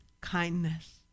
kindness